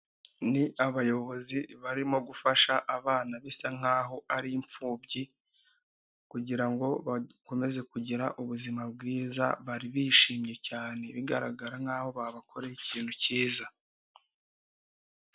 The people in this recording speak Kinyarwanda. Ni abayobozi barimo gufasha abana bisa nk'aho ari imfubyi kugira ngo bakomeze kugira ubuzima bwiza, bari bishimye cyane bigaragara nk'aho babakoreye ikintu cyiza.